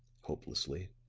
hopelessly.